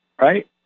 right